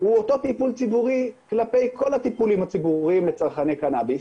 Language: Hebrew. הוא אותו טיפול ציבורי כלפי כל הטיפולים הציבוריים לצרכני קנאביס,